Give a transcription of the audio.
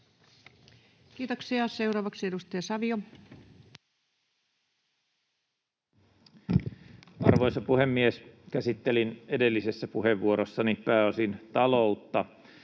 Kiitoksia. — Seuraavaksi edustaja Savio. Arvoisa puhemies! Käsittelin edellisessä puheenvuorossani pääosin taloutta,